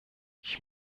ich